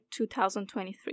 2023